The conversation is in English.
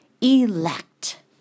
elect